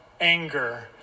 anger